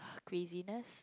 craziness